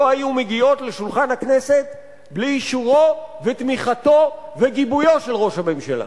לא היו מגיעות לשולחן הכנסת בלי אישורו ותמיכתו וגיבויו של ראש הממשלה.